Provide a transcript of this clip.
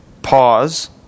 pause